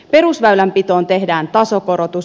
perusväylänpitoon tehdään tasokorotus